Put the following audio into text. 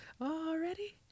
Already